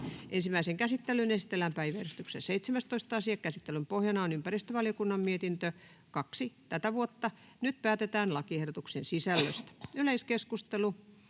Ensimmäiseen käsittelyyn esitellään päiväjärjestyksen 19. asia. Käsittelyn pohjana on talousvaliokunnan mietintö TaVM 13/2023 vp. Nyt päätetään lakiehdotusten sisällöstä. — Yleiskeskustelua,